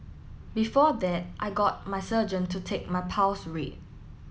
before that I got my surgeon to take my pulse rate